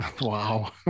Wow